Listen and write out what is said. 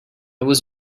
was